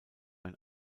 ein